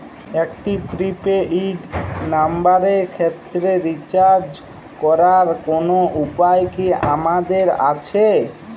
একটি prepaid নম্বরের ক্ষেত্রে রিচার্জ করার কোনো উপায় কি আমাদের আছে?